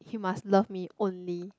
you must love me only